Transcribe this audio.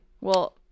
Well-